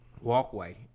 Walkway